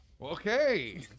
Okay